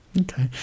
okay